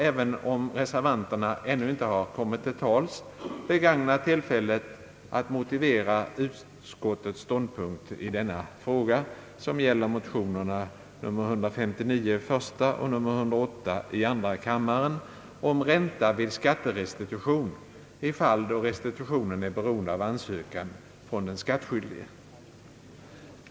Även om reservanterna ännu inte kommit till tals vill jag begagna tillfället att motivera utskottets ståndpunkt i denna fråga, som gäller motionerna 1: 159 och II: 203 om ränta vid skatterestitution i fall då restitutionen är beroende av ansökan från den skattskyldige.